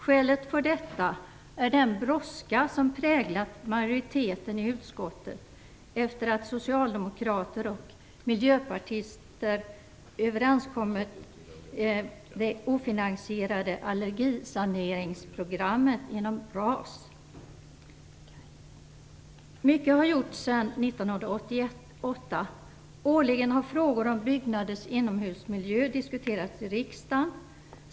Skälet för detta är den brådska som präglat majoriteten i utskottet efter socialdemokraters och miljöpartisters överenskommelse om det ofinansierade allergisaneringsprogrammet inom RAS! Mycket har gjorts sedan 1988. Årligen har frågor om byggnaders inomhusmiljö diskuterats i riksdagen.